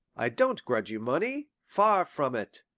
i don't grudge you money far from it.